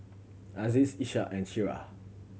Aziz Ishak and Syirah